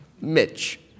Mitch